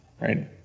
right